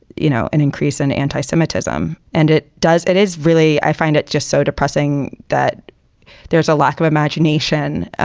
you know, an increase in anti-semitism. and it does it is really i find it just so depressing that there's a lack of imagination